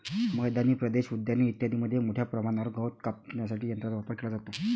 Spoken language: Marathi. मैदानी प्रदेश, उद्याने इत्यादींमध्ये मोठ्या प्रमाणावर गवत कापण्यासाठी यंत्रांचा वापर केला जातो